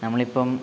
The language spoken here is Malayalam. നമ്മളിപ്പം